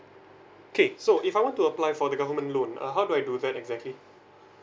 okay so if I want to apply for the government loan uh how do I do that exactly